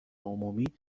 عمومی